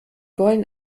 wollen